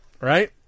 right